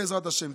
בעזרת השם.